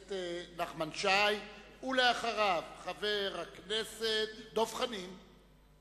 הכנסת נחמן שי, ואחריו, חבר הכנסת דב חנין.